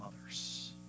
others